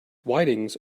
whitings